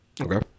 Okay